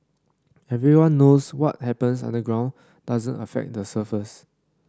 everyone knows what happens underground doesn't affect the surface